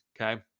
okay